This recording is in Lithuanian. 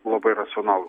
labai racionalūs